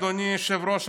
אדוני היושב-ראש,